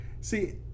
see